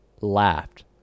laughed